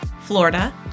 Florida